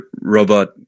robot